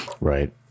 Right